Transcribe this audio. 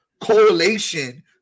correlation